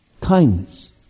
Kindness